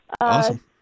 Awesome